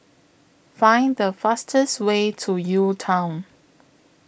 Find The fastest Way to UTown